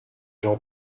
jean